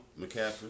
McCaffrey